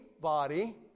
body